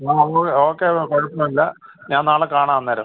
എന്നാൽ അതും കൂടെ ഓക്കെ അത് കുഴപ്പം ഇല്ല ഞാൻ നാളെ കാണാൻ അന്നേരം